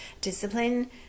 discipline